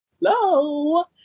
Hello